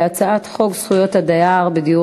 אנחנו עוברים להצבעה על הצעת חוק זכויות הדייר בדיור